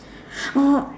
oh